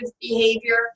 behavior